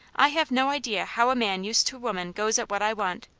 i have no idea how a man used to women goes at what i want,